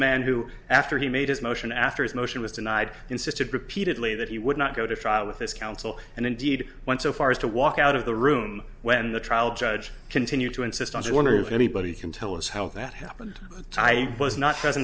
man who after he made his motion after his motion was denied insisted repeatedly that he would not go to trial with this counsel and indeed went so far as to walk out of the room when the trial judge continued to insist on i wonder if anybody can tell us how that happened i was not